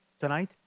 tonight